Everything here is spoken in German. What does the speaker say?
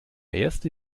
erste